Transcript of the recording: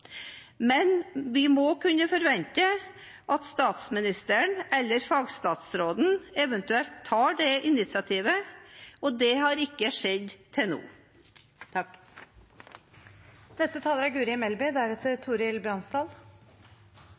Men vi må kunne forvente at statsministeren eller fagstatsråden eventuelt tar det initiativet, og det har ikke skjedd til